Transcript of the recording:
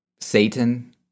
Satan